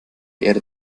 erde